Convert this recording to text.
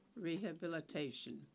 rehabilitation